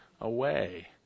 away